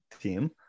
team